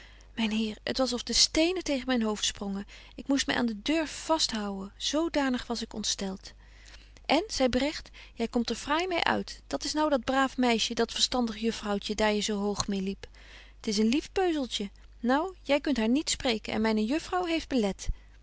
myn heer het was of de stenen tegen myn hoofd sprongen ik moest my aan de deur vasthouwen zodanig was ik ontstelt en zei bregt jy komt er fraai mee uit dat is nou dat braaf meisje dat verstandig juffrouwtje daar je zo hoog meê liep t is een lief peuzeltje nou jy kunt haar niet spreken en myne juffrouw heeft belet